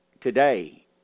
today